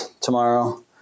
tomorrow